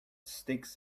sticks